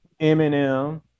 eminem